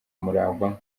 umurava